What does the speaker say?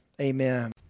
Amen